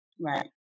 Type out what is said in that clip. Right